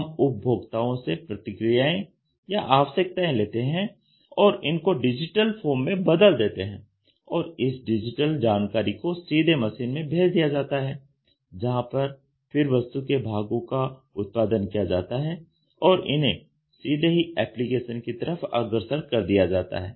हम उपभोक्ताओं से प्रतिक्रियाएं या आवश्यकताएं लेते हैं और इनको डिजिटल फॉर्म में बदल देते हैं और इस डिजिटल जानकारी को सीधे मशीन में भेज दिया जाता है जहां पर फिर वस्तु के भागों का उत्पादन किया जाता है और इन्हें सीधे ही एप्लीकेशन की तरफ अग्रसर कर दिया जाता है